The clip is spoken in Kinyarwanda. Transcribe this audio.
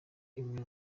imwe